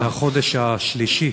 זה החודש השלישי